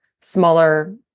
smaller